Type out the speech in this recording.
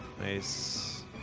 Nice